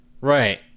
Right